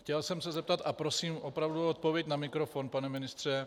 Chtěl jsem se zeptat a prosím opravdu o odpověď na mikrofon, pane ministře.